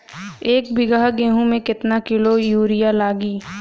एक बीगहा गेहूं में केतना किलो युरिया लागी?